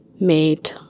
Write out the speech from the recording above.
made